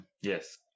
Yes